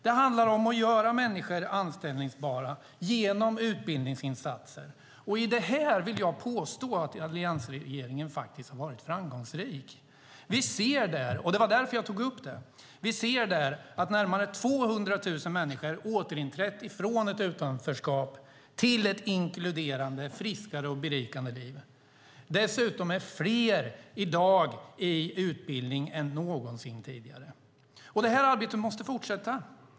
Det handlar om att göra människor anställbara genom utbildningsinsatser. Jag vill påstå att alliansregeringen har varit framgångsrik i detta. Vi ser - det var därför jag tog upp det - att närmare 200 000 människor har återinträtt från ett utanförskap till ett inkluderande, friskare och berikande liv. Dessutom är fler i dag i utbildning än någonsin tidigare. Detta arbete måste fortsätta.